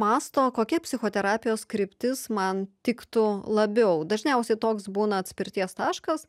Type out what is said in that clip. mąsto kokia psichoterapijos kryptis man tiktų labiau dažniausiai toks būna atspirties taškas